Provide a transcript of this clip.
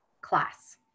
class